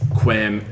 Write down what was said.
quem